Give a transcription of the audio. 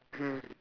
mm